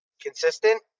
consistent